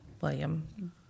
William